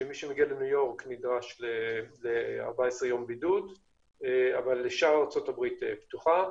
שמי שמגיע לניו-יורק נדרש ל-14 יום בידוד אבל שאר ארצות-הברית פתוחה.